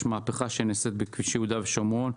נעשית מהפכה בכביש יהודה ושומרון,